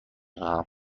خواهم